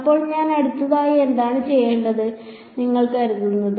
അപ്പോൾ ഞാൻ അടുത്തതായി എന്താണ് ചെയ്യേണ്ടതെന്ന് നിങ്ങൾ കരുതുന്നു